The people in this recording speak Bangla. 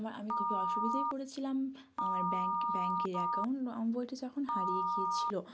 আমা আমি খুবই অসুবিধেয় পড়েছিলাম আমার ব্যাঙ্ক ব্যাঙ্কে অ্যাকাউন্ট নম্বরটি যখন হারিয়ে গিয়েছিলো